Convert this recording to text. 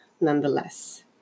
nonetheless